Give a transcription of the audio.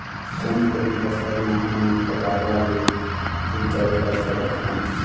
कोन कोन फसल म हमन फव्वारा ले सिचाई कर सकत हन?